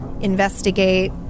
investigate